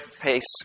pace